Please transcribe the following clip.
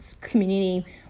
community